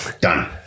done